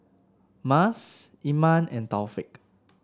Mas Iman and Taufik